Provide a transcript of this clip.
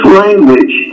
language